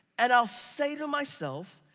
and i'll say to myself,